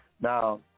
Now